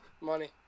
Money